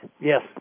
Yes